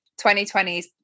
2020s